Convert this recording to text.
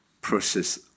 process